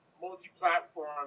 multi-platform